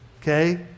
okay